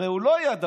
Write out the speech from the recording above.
הרי הוא לא ידע,